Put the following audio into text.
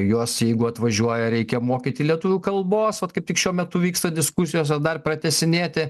juos jeigu atvažiuoja reikia mokyti lietuvių kalbos vat kaip tik šiuo metu vyksta diskusijos ar dar pratęsinėti